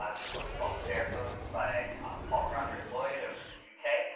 ah this one is called barebones by paul robert lloyd over in the yeah uk.